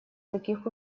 таких